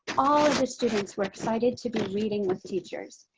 all of the students were excited to be reading with teachers.